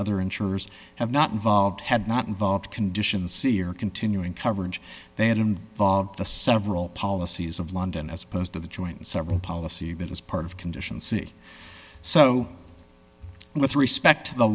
other insurers have not involved had not involved conditions see or continuing coverage they had involved the several policies of london as opposed to the joint several policy that is part of conditions see so with respect t